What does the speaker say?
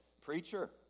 Preacher